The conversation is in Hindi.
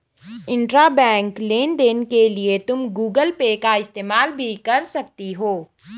इंट्राबैंक लेन देन के लिए तुम गूगल पे का इस्तेमाल भी कर सकती हो